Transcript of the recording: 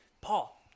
Paul